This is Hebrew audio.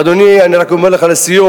ואדוני, אני רק אומר לך לסיום,